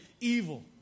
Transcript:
evil